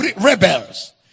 rebels